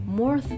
more